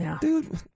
Dude